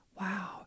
Wow